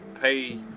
pay